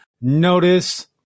notice